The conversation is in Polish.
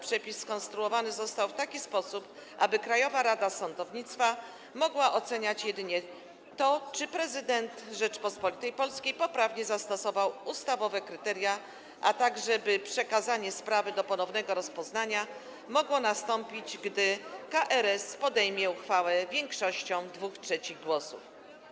Przepis skonstruowany został w taki sposób, aby Krajowa Rada Sądownictwa mogła oceniać jedynie to, czy prezydent Rzeczypospolitej Polskiej poprawnie zastosował ustawowe kryteria, a także by przekazanie sprawy do ponownego rozpoznania mogło nastąpić, gdy KRS podejmie uchwałę większością 2/3 głosów.